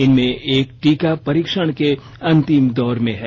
इनमें एक टीका परीक्षण के अंतिम दौर में है